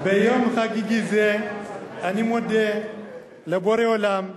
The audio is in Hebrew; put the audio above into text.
ביום חגיגי זה אני מודה לבורא עולם,